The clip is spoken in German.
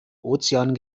ozean